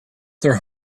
their